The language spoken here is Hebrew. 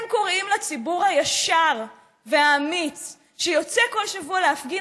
לציבור הישר והאמיץ שיוצא כל שבוע להפגין,